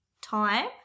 time